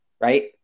Right